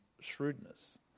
shrewdness